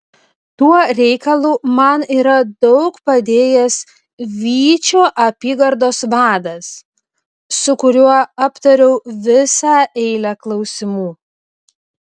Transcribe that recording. tuo reikalu man yra daug padėjęs vyčio apygardos vadas su kuriuo aptariau visą eilę klausimų